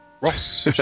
Ross